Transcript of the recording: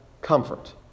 comfort